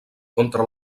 contra